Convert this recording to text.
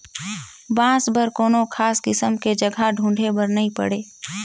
बांस बर कोनो खास किसम के जघा ढूंढे बर नई पड़े